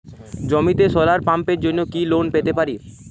জমিতে সোলার পাম্পের জন্য কি লোন পেতে পারি?